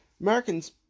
Americans